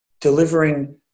delivering